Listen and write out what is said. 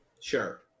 Sure